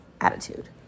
Attitude